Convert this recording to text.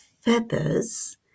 feathers